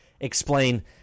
explain